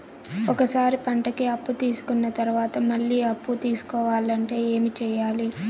ఒక సారి పంటకి అప్పు తీసుకున్న తర్వాత మళ్ళీ అప్పు తీసుకోవాలంటే ఏమి చేయాలి?